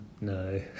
no